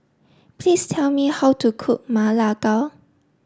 please tell me how to cook Ma La Gao